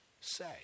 say